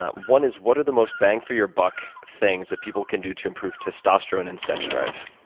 one is what are the most bang for your buck things that people can do to improve testosterone and sex drive?